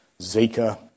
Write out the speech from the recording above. Zika